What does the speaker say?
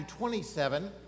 27